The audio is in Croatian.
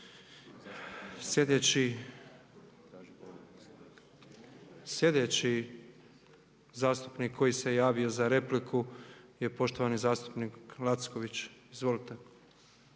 Sljedeći zastupnik koji se javio za repliku je poštovani zastupnik Lacković. Izvolite.